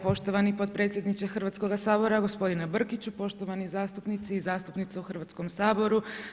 Poštovani potpredsjedniče Hrvatskog sabora gospodine Brkiću, poštovani zastupnici i zastupnice u Hrvatskom saboru.